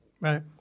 Right